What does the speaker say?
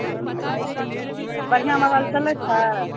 हूँ बढ़िआँ मोबाइल चलय छै